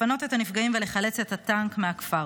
לפנות את הנפגעים ולחלץ את הטנק מהכפר.